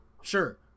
sure